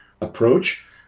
approach